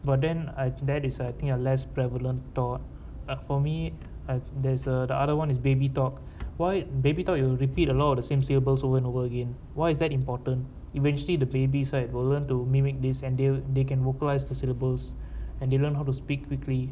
but then I that is I think less prevalent thought ah for me I there's uh the other one is baby talk why baby talk you will repeat a lot of the same syllables over and over again why is that important eventually the babies right will learn to mimic this and they will they can vocalize the syllables and they learn how to speak quickly